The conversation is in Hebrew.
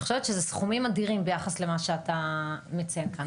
אני חושבת שאלה סכומים אדירים ביחס למה שאתה מציין כאן.